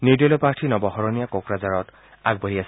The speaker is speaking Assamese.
নিৰ্দলীয় প্ৰাৰ্থী নৱ শৰণীয়া কোকৰাঝাৰত আগবাঢ়ি আছে